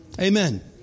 Amen